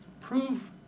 Prove